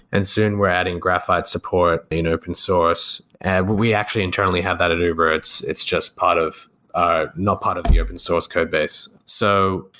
and soon we're adding graphite support in open source. and we actually internally have that at uber. it's it's just part of ah not part of the open source code base. so,